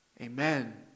Amen